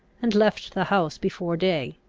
and left the house before day.